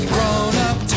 Grown-up